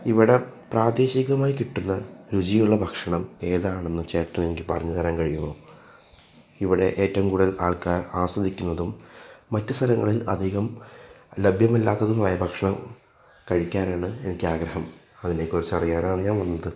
ഇവിടെ പ്രാദേശികമായി കിട്ടുന്ന രുചിയുള്ള ഭക്ഷണം ഏതാണെന്ന് ചേട്ടന് എനിക്ക് പറഞ്ഞു തരാൻ കഴിയുമോ ഇവിടെ ഏറ്റവും കൂടുതൽ ആൾക്കാർ ആസ്വദിക്കുന്നതും മറ്റു സ്ഥലങ്ങളിൽ അധികം ലഭ്യമല്ലാത്തതുമായ ഭക്ഷണം കഴിക്കാനാണ് എനിക്കാഗ്രഹം അതിനെക്കുറിച്ച് അറിയാനാണ് ഞാൻ വന്നത്